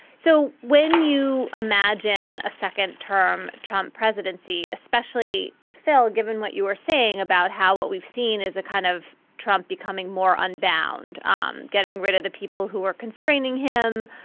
so when you imagine a second term trump presidency especially fell. given what you were saying about how what we've seen is a kind of trump becoming more unbound, um getting rid of the people who are constraining him,